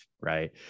right